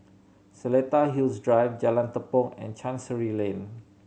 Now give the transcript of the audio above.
Seletar Hills Drive Jalan Tepong and Chancery Lane